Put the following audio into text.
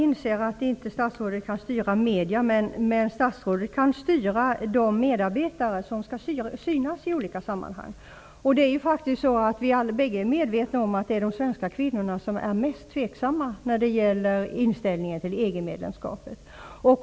Herr talman! Jag inser att statsrådet inte kan styra medierna, men statsrådet kan styra valet av de medarbetare som skall synas i olika sammanhang. Vi är båda medvetna om att det är de svenska kvinnorna som är mest tveksamma när det gäller inställningen till EG-medlemskapet.